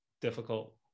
difficult